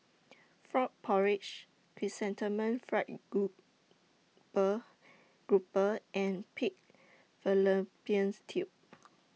Frog Porridge Chrysanthemum Fried Grouper Grouper and Pig Fallopian's Tubes